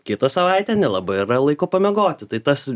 kitą savaitę nelabai yra laiko pamiegoti tai tas